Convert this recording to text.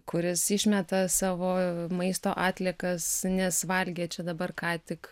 kuris išmeta savo maisto atliekas nes valgė čia dabar ką tik